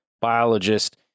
biologist